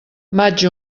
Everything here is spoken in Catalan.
maig